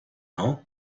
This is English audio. know